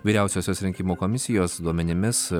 vyriausiosios rinkimų komisijos duomenimis